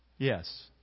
Yes